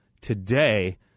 today